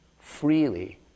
freely